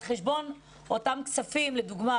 על חשבון אותם כספים לדוגמה,